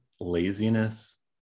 laziness